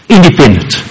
Independent